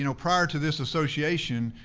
you know prior to this association,